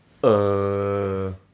uh